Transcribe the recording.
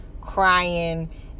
crying